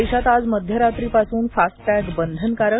देशात आज मध्यरात्रीपासून फास्टॅग बंधनकारक